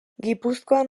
gipuzkoan